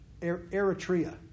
Eritrea